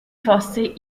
fosse